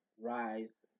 rise